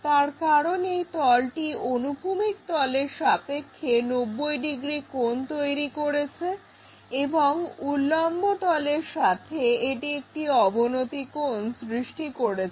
তার কারণ এই তলটি অনুভূমিক তলের সাপেক্ষে 90 ডিগ্রী কোণ তৈরি করেছে এবং উল্লম্ব তলের সাথে এটি একটি অবনতি কোণ সৃষ্টি করেছে